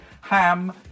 Ham